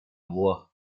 voix